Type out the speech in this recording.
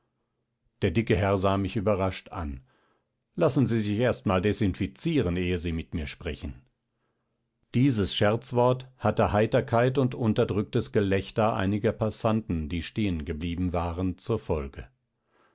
der dicke herr sah mich überrascht an lassen sie sich erst mal desinfizieren ehe sie mit mir sprechen dieses scherzwort hatte heiterkeit und unterdrücktes gelächter einiger passanten die stehengeblieben waren zur folge